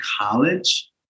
college